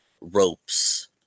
ropes